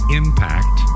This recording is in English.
impact